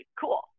cool